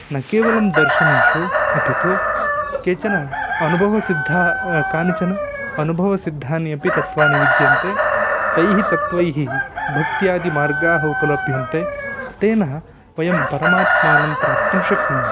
न केवलं दर्शनेषु अपि तु केचन अनुभवसिद्धाः कानिचन अनुभवसिद्धानि अपि तत्वानि विद्यन्ते तैः तत्वैः भक्त्यादिमार्गाः उपलभ्यन्ते तेन वयं परमात्मानं प्राप्तुं शक्नुमः